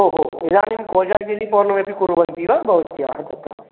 ओहो इदानीं कोजागिरीपौर्णिमा अपि कुर्वन्ति वा भवत्याः कृते